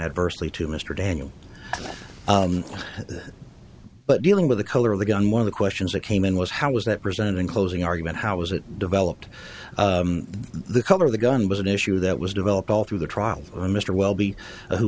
adversely to mr daniel but dealing with the color of the gun one of the questions that came in was how was that presented in closing argument how was it developed the color of the gun was an issue that was developed all through the trial mr welby who